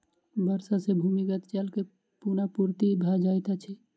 वर्षा सॅ भूमिगत जल के पुनःपूर्ति भ जाइत अछि